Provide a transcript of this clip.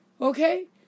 Okay